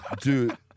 Dude